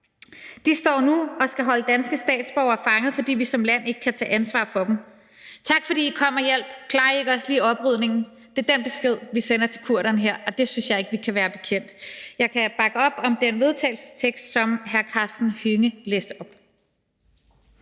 De står nu og skal holde danske statsborgere fanget, fordi vi som land ikke kan tage ansvar for dem. Tak, fordi I kom og hjalp – klarer I ikke også lige oprydningen? Det er den besked, vi sender til kurderne her, og det synes jeg ikke vi kan være bekendt. Jeg kan bakke op om den vedtagelsestekst, som hr. Karsten Hønge læste op.